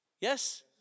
Yes